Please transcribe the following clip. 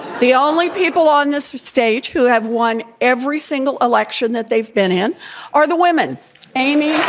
the only people on this stage who have won every single election that they've been in are the women amy,